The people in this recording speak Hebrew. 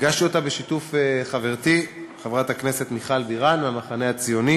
הגשתי אותה בשיתוף עם חברתי חברת הכנסת מיכל בירן מהמחנה הציוני.